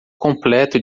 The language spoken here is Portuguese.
completo